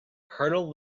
hurdle